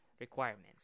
requirements